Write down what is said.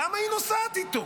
למה היא נוסעת איתו.